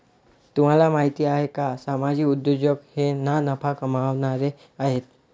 तुम्हाला माहिती आहे का सामाजिक उद्योजक हे ना नफा कमावणारे आहेत